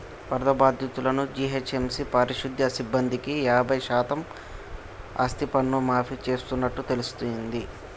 వరద బాధితులను ఓ.హెచ్.ఎం.సి పారిశుద్య సిబ్బందికి యాబై శాతం ఆస్తిపన్ను మాఫీ చేస్తున్నట్టు తెల్సింది